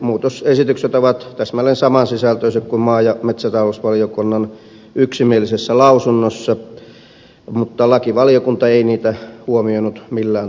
muutosesitykset ovat täsmälleen samansisältöiset kuin maa ja metsätalousvaliokunnan yksimielisessä lausunnossa mutta lakivaliokunta ei niitä huomioinut millään tavalla